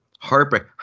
Heartbreak